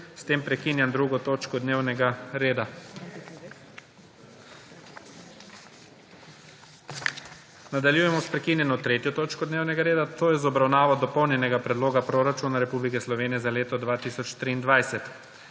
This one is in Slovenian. S tem prekinjam 2. točko dnevnega reda. **Nadaljujemo s prekinjeno 3. točko dnevnega reda, to je z obravnavo Dopolnjenega predloga proračuna Republike Slovenije za leto 2023.**